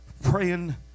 praying